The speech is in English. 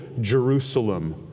Jerusalem